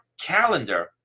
calendar